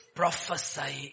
prophesy